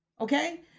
Okay